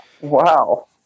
Wow